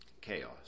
chaos